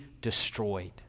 destroyed